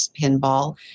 Pinball